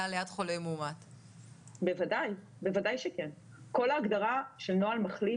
היה רצון לא לשנות את ההגדרה באופן גורף.